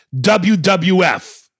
WWF